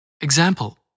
Example